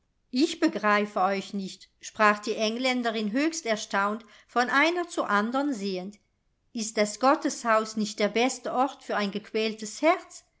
ich begreife euch nicht sprach die engländerin höchst erstaunt von einer zur andern sehend ist das gotteshaus nicht der beste ort für ein gequältes herz